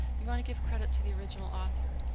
you want to give credit to the original author.